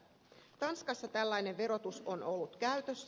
tanskassa tällainen verotus on ollut käytössä